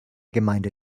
gemeinde